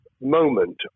moment